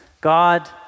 God